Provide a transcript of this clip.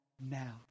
now